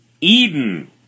Eden